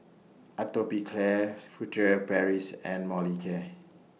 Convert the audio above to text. Atopiclair Furtere Paris and Molicare